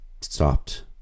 stopped